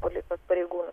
policijos pareigūnų